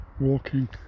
walking